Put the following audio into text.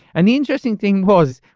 and the interesting thing was,